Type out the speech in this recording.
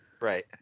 Right